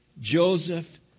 Joseph